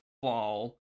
fall